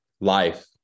life